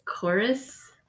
chorus